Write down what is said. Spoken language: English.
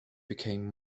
became